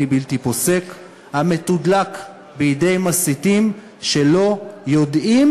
בלתי פוסק המתודלק בידי מסיתים שלא יודעים,